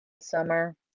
Summer